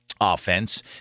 offense